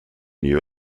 new